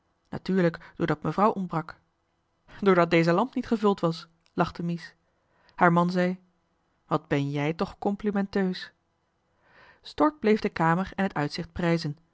natuurlijk doordat mevrouw ontbrak doordat deze lamp niet gevuld was lachte mies haar man zei wat ben jij toch complimenteus johan de meester de zonde in het deftige dorp stork bleef de kamer en het uitzicht prijzen